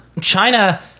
china